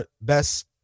best